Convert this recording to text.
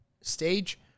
stage